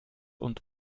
und